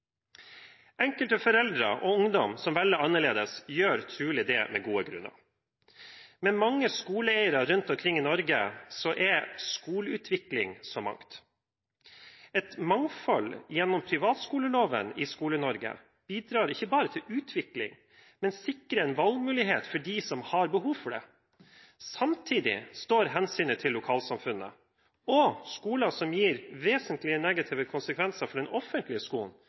Enkelte foreldre og ungdommer som velger annerledes, gjør det trolig med gode grunner. Med mange skoleeiere rundt omkring i Norge er skoleutvikling så mangt. Et mangfold i Skole-Norge gjennom privatskoleloven bidrar ikke bare til utvikling, men sikrer valgmulighet for dem som har behov for det. Samtidig gjelder hensynet til lokalsamfunnet. Skoler som gir vesentlige negative konsekvenser for den offentlige skolen,